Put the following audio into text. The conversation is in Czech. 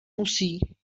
musí